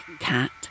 cat